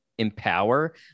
empower